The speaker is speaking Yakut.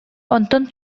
онтон